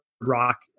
rock